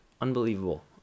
Unbelievable